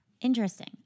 Interesting